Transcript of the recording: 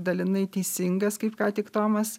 dalinai teisingas kaip ką tik tomas